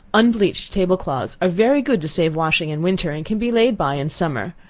unbleached table cloths are very good to save washing in winter, and can be laid by in summer,